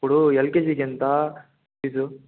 ఇప్పుడు ఎల్కేజికి ఎంత ఫీజు